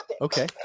okay